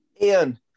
Ian